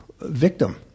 victim